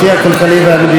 הכלכלי והמדיני,